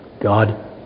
God